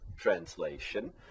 translation